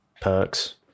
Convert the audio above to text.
perks